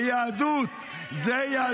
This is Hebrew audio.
זה היישוב עצמו.